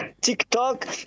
TikTok